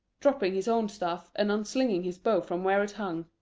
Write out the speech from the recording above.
dropping his own staff and unslinging his bow from where it hung.